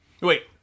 Wait